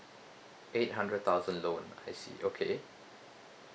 eight hundred thousand loan I see okay